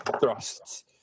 thrusts